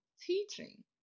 teaching